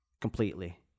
completely